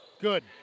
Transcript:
Good